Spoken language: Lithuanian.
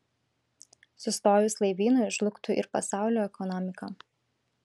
sustojus laivynui žlugtų ir pasaulio ekonomika